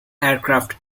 aircraft